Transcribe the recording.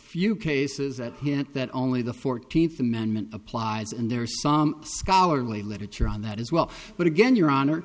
few cases that hint that only the fourteenth amendment applies and there are some scholarly literature on that as well but again your honor